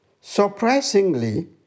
Surprisingly